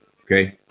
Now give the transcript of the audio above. okay